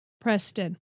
Preston